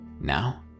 Now